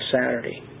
Saturday